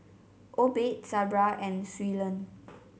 Obed Sabra and Suellen